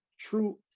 true